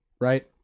Right